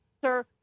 sir